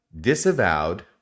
disavowed